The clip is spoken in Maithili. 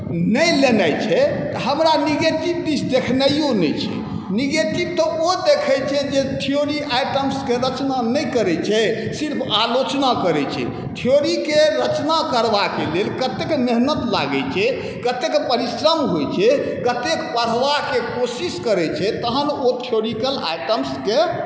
नहि लेनाइ छै तऽ हमरा नेगेटिव दिस देखनाइओ नहि छै नेगेटिव तऽ ओ देखै छै जे थ्योरी आइटम्सके रचना नहि करै छै सिर्फ आलोचना करै छै थ्योरीके रचना करबाके लेल कतेक मेहनति लागै छै कतेक परिश्रम होइ छै कतेक पढ़बाके कोशिश करै छै तहन ओ थ्येरोटिकल आइटम्सके